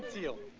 you